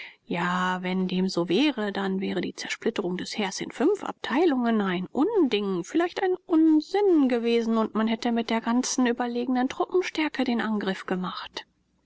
ja wenn dem so wäre dann wäre die zersplitterung des heers in fünf abteilungen ein unding vielleicht ein unsinn gewesen und man hätte mit der ganzen überlegenen truppenstärke den angriff gemacht